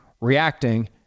reacting